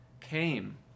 came